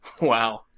Wow